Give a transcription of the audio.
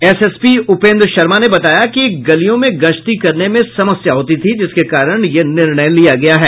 SSP Upendra Sharma ने बताया कि गलियों में गश्ती करने में समस्या होती थी जिसके कारण यह निर्णय लिया गया है